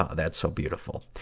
ah that's so beautiful.